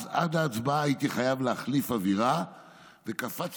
אז עד ההצבעה הייתי חייב להחליף אווירה וקפצתי